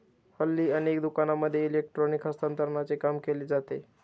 हल्ली अनेक दुकानांमध्ये इलेक्ट्रॉनिक हस्तांतरणाचे काम केले जाते